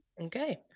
Okay